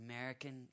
American